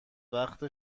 وقت